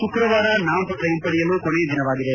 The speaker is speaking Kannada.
ಶುಕ್ರವಾರ ನಾಮಪತ್ರ ಹಿಂಡೆಯಲು ಕೊನೆಯ ದಿನವಾಗಿದೆ